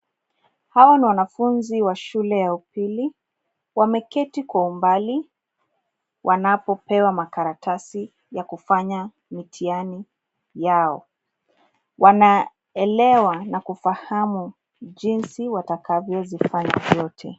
Hawa ni wanafunzi wa shule ya upili. Wameketi kwa umbali wanpopewa makaratasi ya kufanya mitihani yao. Wanaelewa na kufahamu jinsi watakavyo zifanya zote.